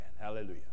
Hallelujah